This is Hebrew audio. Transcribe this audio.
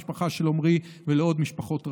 המשפחה של עומרי ולעוד משפחות רבות.